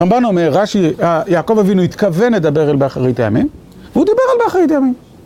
רמבן אומר, יעקב אבינו התכוון לדבר על באחרית הימים, והוא דיבר על באחרית הימים.